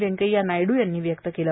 व्येंकय्या नायडू यांनी व्यक्त केलं